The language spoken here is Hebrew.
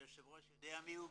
היושב ראש יודע מי הוא,